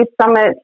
summit